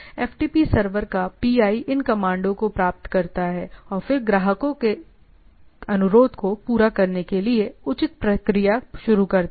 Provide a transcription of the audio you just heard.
FTP server का PI इन कमांडों को प्राप्त करता है और फिर ग्राहकों के अनुरोध को पूरा करने के लिए उचित प्रक्रिया शुरू करता है